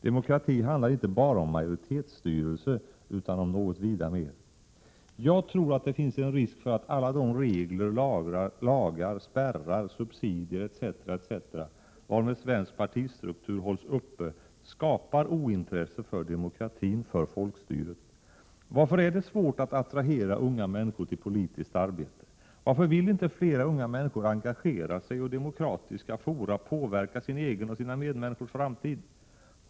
Demokrati handlar inte bara om majoritetsstyrelse utan om något vida mer. Jag tror att det finns en risk för att alla de regler, lagar, spärrar, subsidier etc., varmed svensk partistruktur hålls uppe, skapar ointresse för demokra tin, för folkstyret. Varför är det svårt att attrahera unga människor till — Prot. 1987/88:95 politiskt arbete? Varför vill inte fler unga människor engagera sig och i 7 april 1988 demokratiska fora påverka sin egen och sina medmänniskors framtid?